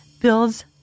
builds